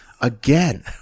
again